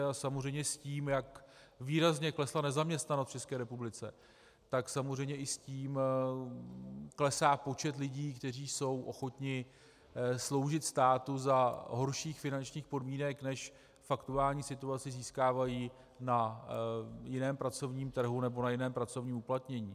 A samozřejmě s tím, jak výrazně klesla nezaměstnanost v České republice, tak samozřejmě i s tím klesá počet lidí, kteří jsou ochotni sloužit státu za horších finančních podmínek, než v aktuální situaci získávají na jiném pracovním trhu nebo na jiném pracovním uplatnění.